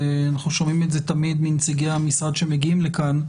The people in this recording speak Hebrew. ואנחנו שומעים את זה תמיד מנציגי המשרד שמגיעים לכאן,